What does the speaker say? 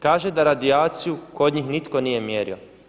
Kaže da radijaciju kod njih nitko nije mjerio.